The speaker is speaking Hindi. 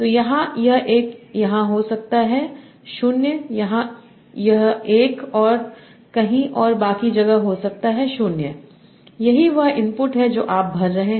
तो यहाँ यह एक यहाँ हो सकता है 0 यहाँ यह 1 और कहीं और बाकी जगह हो सकता है 0 यही वह इनपुट है जो आप भर रहे हैं